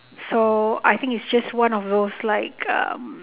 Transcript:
so I think it's just one of those like um